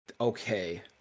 okay